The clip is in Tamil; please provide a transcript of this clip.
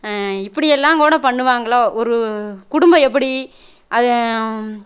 இப்படியெல்லாம் கூட பண்ணுவாங்களோ ஒரு குடும்பம் எப்படி அது